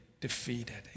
defeated